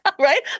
right